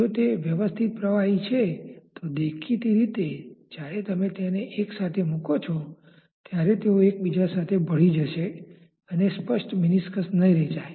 જો તે વ્યવસ્થિત પ્રવાહી છે તો દેખીતી રીતે જ્યારે તમે તેમને એક સાથે મુકો છો ત્યારે તેઓ એકબીજા સાથે ભળી જશે અને સ્પષ્ટ મેનિસ્કસ નહીં રચાય